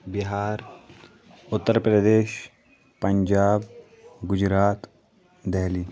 Bihar Uttar Pradesh Punjab Gujarat Delhi